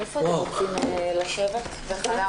הישיבה ננעלה בשעה